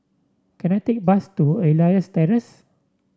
can I take a bus to Elias Terrace